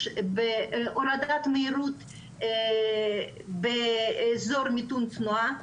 בהורדת מהירות באזור מיתון תנועה,